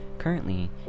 Currently